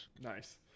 Nice